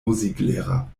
musiklehrer